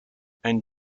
and